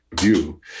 view